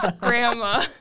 grandma